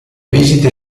visite